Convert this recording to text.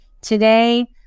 today